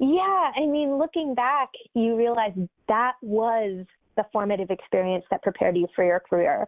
jessi yeah. i mean, looking back, you realize that was the formative experience that prepared you for your career.